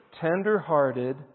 tender-hearted